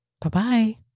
bye-bye